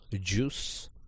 juice